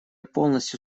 полностью